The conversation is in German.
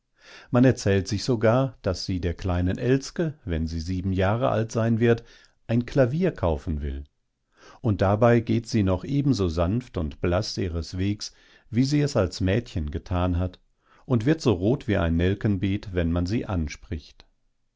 man erzählt sich sogar daß sie der kleinen elske wenn sie sieben jahre alt sein wird ein klavier kaufen will und dabei geht sie noch ebenso sanft und blaß ihres wegs wie sie es als mädchen getan hat und wird so rot wie ein nelkenbeet wenn man sie anspricht